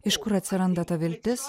iš kur atsiranda ta viltis